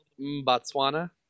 Botswana